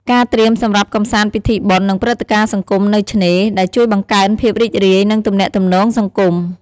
ការត្រៀមសម្រាប់កម្សាន្តពិធីបុណ្យ និងព្រឹត្តិការណ៍សង្គមនៅឆ្នេរ ដែលជួយបង្កើនភាពរីករាយ និងទំនាក់ទំនងសង្គម។